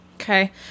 okay